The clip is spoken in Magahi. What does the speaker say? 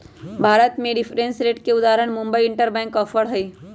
भारत में रिफरेंस रेट के उदाहरण मुंबई इंटरबैंक ऑफर रेट हइ